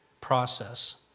process